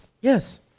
Yes